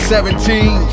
Seventeen